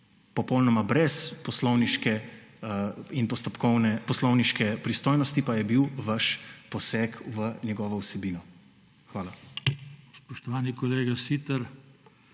popolnoma brez poslovniške in postopkovne pristojnosti pa je bil vaš poseg v njegovo vsebino. Hvala.